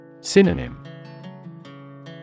Synonym